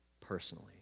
personally